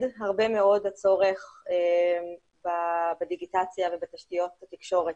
הרבה מאוד הצורך בדיגיטציה ובתשתיות התקשורת.